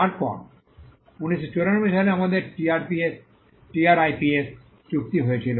তারপরে 1994 সালে আমাদের টিআরআইপিএস চুক্তি হয়েছিল